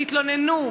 תתלוננו.